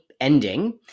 ending